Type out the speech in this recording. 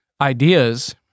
ideas